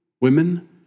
women